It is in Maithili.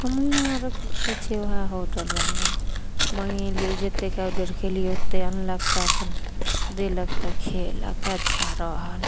हमहूँ आरके खाइ छिए वएह होटलवला मँगेली जतेक ऑडर कएली ओतेक आनलक तऽ अपन देलक तऽ खएलक अच्छा रहल